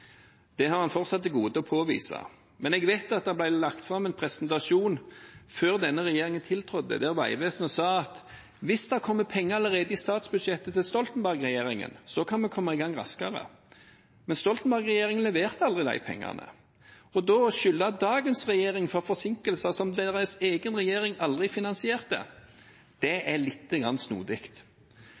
Det har man fortsatt til gode å påvise. Men jeg vet at det ble lagt fram en presentasjon før denne regjeringen tiltrådte, der Vegvesenet sa at hvis det kommer penger allerede i statsbudsjettet til Stoltenberg-regjeringen, kan vi komme i gang raskere. Men Stoltenberg-regjeringen leverte aldri de pengene, og da å beskylde dagens regjering for forsinkelser fordi deres egen regjering aldri finansierte, er lite grann snodig.